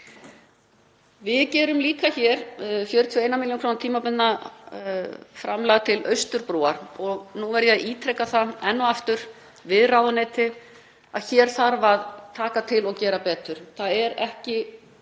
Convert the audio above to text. Við leggjum líka til 41 millj. kr. tímabundið framlag til Austurbrúar og nú verð ég að ítreka það enn og aftur við ráðuneyti að hér þarf að taka til og gera betur. Það er ekki